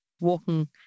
walking